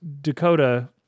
Dakota